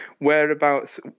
whereabouts